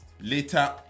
Later